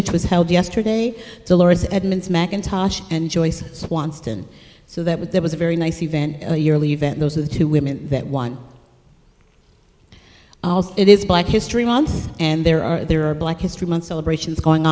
which was held yesterday to laura's edmonds mackintosh and joyce swanston so that was there was a very nice event a yearly event those are the two women that one it is black history month and there are there are black history month celebrations going